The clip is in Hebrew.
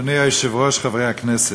אדוני היושב-ראש, חברי הכנסת,